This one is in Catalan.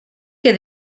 que